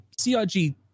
crg